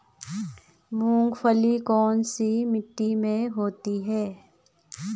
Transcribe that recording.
मूंगफली कौन सी मिट्टी में होती है?